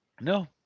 No